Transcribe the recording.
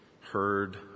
heard